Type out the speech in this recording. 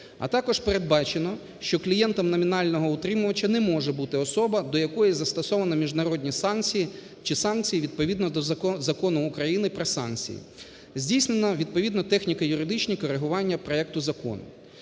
А також передбачено, що клієнтом номінального утримувача не може бути особа, до якої застосовано міжнародні санкції чи санкції відповідно до Закону України "Про санкції". Здійснено відповідно техніко-юридичні корегування проекту закону.